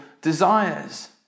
desires